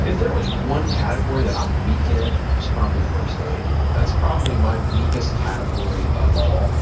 if there was one category that i'm weak in, it's probably first aid. that's probably my weakest category of all.